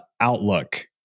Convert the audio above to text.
Outlook